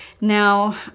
Now